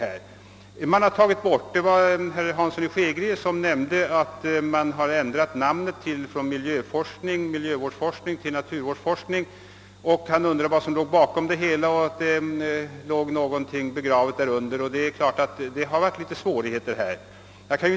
Herr Hansson i Skegrie nämnde att man ändrat namnet från »miljövårdsforskning» till »naturvårdsforskning», och han undrade om det låg en hund begraven där, och det är klart att det förelegat vissa svårigheter härvidlag.